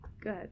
Good